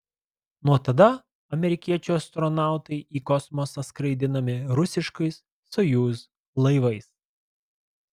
nuo tada amerikiečių astronautai į kosmosą skraidinami rusiškais sojuz laivais